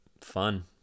fun